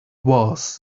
was